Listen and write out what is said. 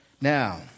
Now